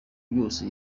byose